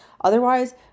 Otherwise